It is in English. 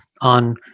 on